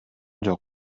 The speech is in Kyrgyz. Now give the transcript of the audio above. жок